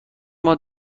ماه